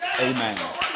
Amen